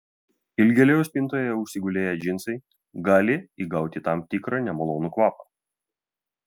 ilgėliau spintoje užsigulėję džinsai gali įgauti tam tikrą nemalonų kvapą